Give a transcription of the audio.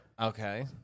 Okay